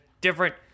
different